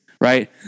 right